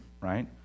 right